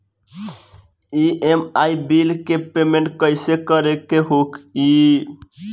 EMI bill के payment कइसे करे के होई?